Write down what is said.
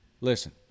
Listen